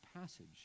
passage